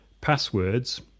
passwords